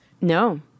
no